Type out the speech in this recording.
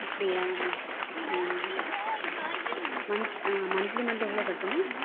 இப்படியா ம் மந் மந்த்லி மந்த் எவ்வளோ கட்டணும்